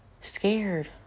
scared